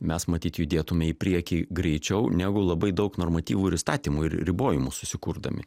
mes matyt judėtume į priekį greičiau negu labai daug normatyvų ir įstatymų ir ribojimų susikurdami